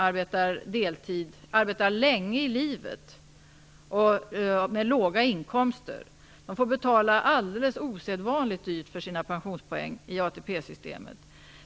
Det visade de beräkningar som vi båda deltog i analysen av. De får betala alldeles osedvanligt dyrt för sina pensionspoäng i ATP-systemet.